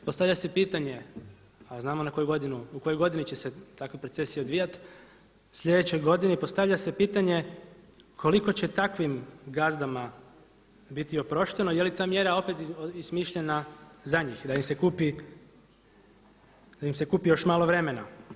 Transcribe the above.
Postavlja se pitanje, a znamo na koju godinu, u kojoj godini će se takvi procesi odvijati sljedećoj godini postavlja se pitanje koliko će takvim gazdama biti oprošteno, je li ta mjera opet izmišljena za njih da im se kupi, da im se kupi još malo vremena.